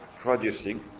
producing